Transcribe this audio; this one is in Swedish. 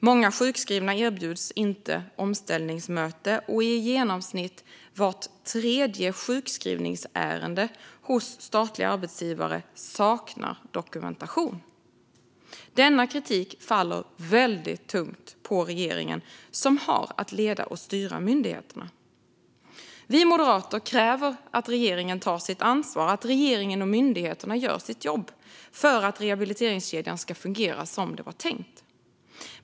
Många sjukskrivna erbjuds inte omställningsmöte, och i genomsnitt vart tredje sjukskrivningsärende hos statliga arbetsgivare saknar dokumentation. Denna kritik faller tungt på regeringen, som har att leda och styra myndigheterna. Vi moderater kräver att regeringen tar sitt ansvar och att regeringen och myndigheterna gör sitt jobb för att rehabiliteringskedjan ska fungera som den är tänkt.